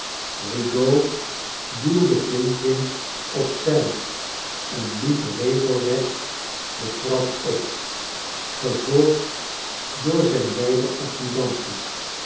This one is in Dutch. rigaud duwde flintwinch op zij en liep regelrecht de trap op gevolgd door zijn beide